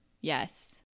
Yes